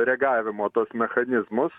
reagavimo tuos mechanizmus